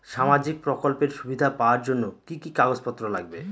সামাজিক প্রকল্পের সুবিধা পাওয়ার জন্য কি কি কাগজ পত্র লাগবে?